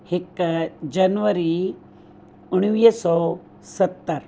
हिकु जनवरी उणिवीह सौ सतरि